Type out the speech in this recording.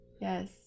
Yes